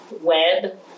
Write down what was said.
web